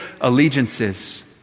allegiances